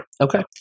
Okay